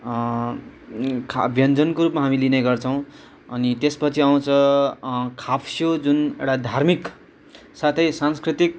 खा व्यञ्जनको रूपमा हामी लिने गर्छौँ अनि त्यसपछि आउँछ खाप्स्यो जुन एउटा धार्मिक साथै सांस्कृतिक